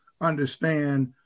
understand